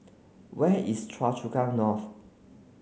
where is Choa Chu Kang North